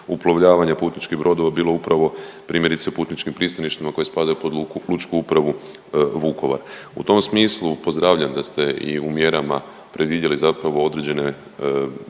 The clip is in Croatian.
uplovljavanja putničkih brodova, upravo primjerice putničkim pristaništima koji spadaju pod lučku upravu Vukovar. U tom smislu pozdravljam da ste i u mjerama predvidjeli zapravo određene